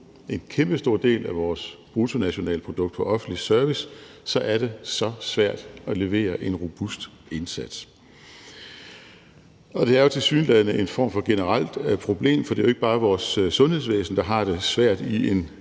en kæmpestor del af vores bruttonationalprodukt på offentlig service, er det så svært at levere en robust indsats? Og det er jo tilsyneladende en form for generelt problem, for det er jo ikke bare vores sundhedsvæsen, der har det svært i en